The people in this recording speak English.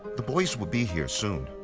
the boys will be here soon.